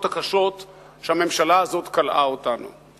הקשות שהממשלה הזאת קלעה אותנו אליהן.